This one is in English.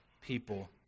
people